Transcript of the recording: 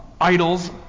idols